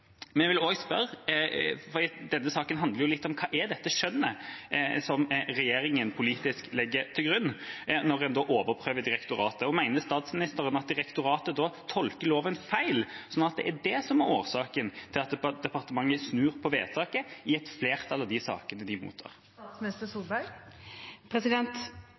Men jeg vil også spørre – for denne saken handler litt om hva dette skjønnet som regjeringa politisk legger til grunn når en overprøver direktoratet, er: Mener statsministeren at direktoratet da tolker loven feil, slik at det er det som er årsaken til at departementet snur på vedtaket i et flertall av de sakene de mottar?